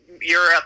Europe